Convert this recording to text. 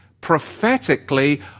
prophetically